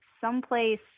someplace